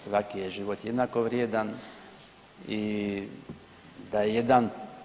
Svaki je život jednako vrijedan i da je jedan.